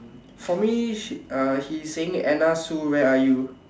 for me she uh he's saying Anna Sue where are you